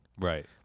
Right